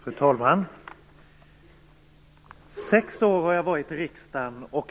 Fru talman! Jag har varit sex år i riksdagen.